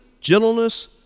gentleness